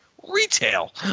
retail